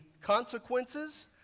consequences